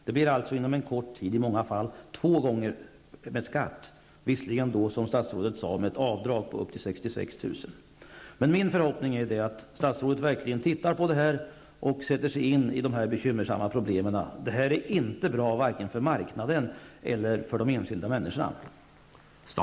Det blir alltså inom en kort tid i många fall fråga om skatt två gånger -- även om, som statsrådet säger, försäljningar under ett år på upp till 66 600 kr är skattefria. Min förhoppning är att statsrådet verkligen tittar på detta och att han sätter sig in i dessa bekymmersamma problem. Det här är inte bra vare sig för marknaden eller för de enskilda människorna.